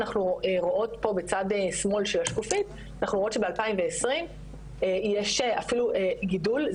אנחנו רואות שב- 2020 יש אפילו גידול,